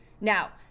Now